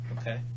Okay